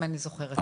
אם אני זוכרת נכון.